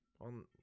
on